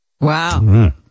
Wow